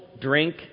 drink